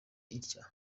itya